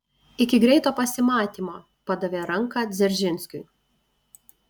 iki greito pasimatymo padavė ranką dzeržinskiui